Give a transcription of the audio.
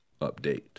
update